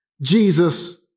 Jesus